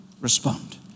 respond